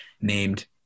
named